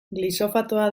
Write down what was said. glifosatoa